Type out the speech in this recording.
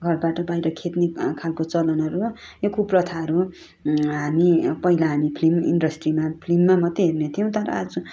घरबाट बाहिर खेद्ने खालको चलनहरू यो कुपर्थाहरू हामी पहिला हामी फ्लिम इन्डस्ट्रीमा फ्लिममा मात्रै हेर्ने थियौँ तर आज